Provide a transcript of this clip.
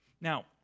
Now